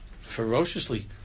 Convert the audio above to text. ferociously